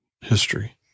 history